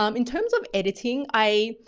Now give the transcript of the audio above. um in terms of editing, i,